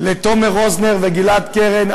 תומר רוזנר וגלעד קרן,